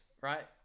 Right